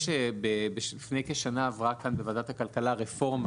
לפני כשנה עברה בוועדת הכלכלה רפורמה